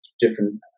different